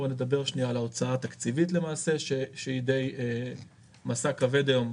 בוא נדבר שנייה על ההוצאה התקציבית שהיא די משא כבד היום,